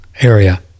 area